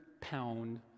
pound